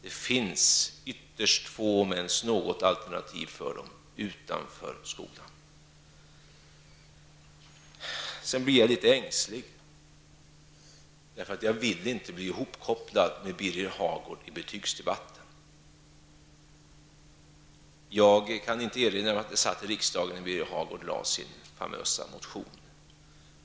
Det finns ytterst få, om ens något, alternativ för dem utanför skolan. Sedan blir jag litet ängslig, därför att jag inte vill bli ihopkopplad med Birger Hagård i betygsdebatten. Jag kan inte erinra mig att jag satt i riksdagen när Birger Hagård väckte sin famösa motion.